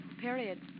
period